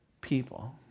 people